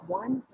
one